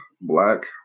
black